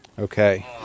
Okay